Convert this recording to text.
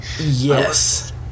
yes